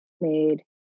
made